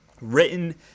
written